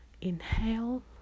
inhale